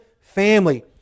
family